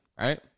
right